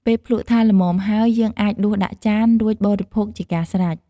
ពេលភ្លក្សថាល្មមហើយ យើងអាចដួសដាក់ចាន រួចបរិភោគជាការស្រេច។